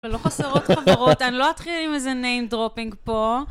ולא חסרות חברות, אני לא אתחיל עם איזה name dropping פה.